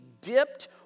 dipped